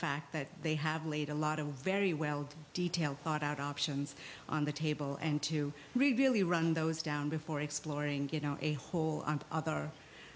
fact that they have laid a lot of very well detailed thought out options on the table and to really run those down before exploring you know a whole other